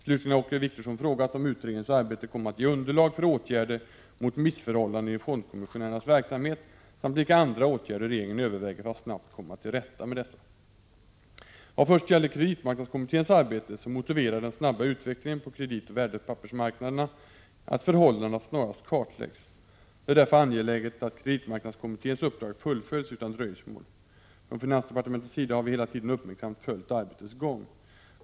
Slutligen har Åke Wictorsson frågat om utredningens arbete kommer att ge underlag för åtgärder mot missförhållanden i fondkommissionärernas verksamhet, samt vilka andra åtgärder regeringen överväger för att snabbt komma till rätta med dessa. Vad först gäller kreditmarknadskommitténs arbete så motiverar den snabba utvecklingen på kreditoch värdepappersmarknaderna att förhållandena snarast kartläggs. Det är därför angeläget att kreditmarknadskommitténs uppdrag fullföljs utan dröjsmål. Från finansdepartementets sida har vi hela tiden uppmärksamt följt arbetets gång.